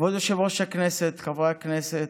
כבוד יושב-ראש הכנסת, חברי הכנסת,